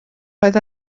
roedd